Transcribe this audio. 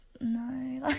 no